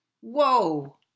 Whoa